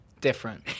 different